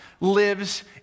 lives